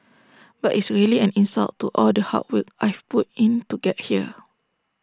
but it's really an insult to all the hard work I've put in to get here